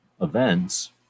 events